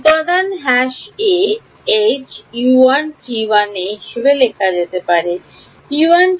উপাদান a H হিসাবে লেখা যেতে চলেছে